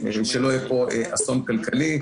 שלא יהיה אסון כלכלי,